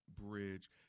bridge